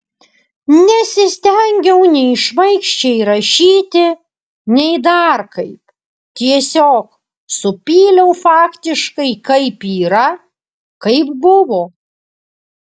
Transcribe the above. nesistengiau nei šmaikščiai rašyti nei dar kaip tiesiog supyliau faktiškai kaip yra kaip buvo